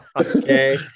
Okay